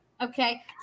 okay